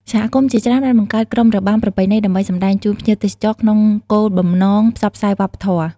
សហគមន៍ជាច្រើនបានបង្កើត ក្រុមរបាំ ប្រពៃណីដើម្បីសម្តែងជូនភ្ញៀវទេសចរក្នុងគោលបំណងផ្សព្វផ្សាយវប្បធម៌។